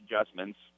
adjustments